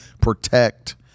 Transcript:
protect